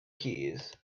keys